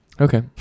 Okay